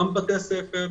גם בתי ספר.